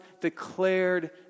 declared